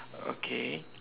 okay